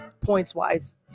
points-wise